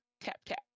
tap-tap